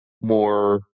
more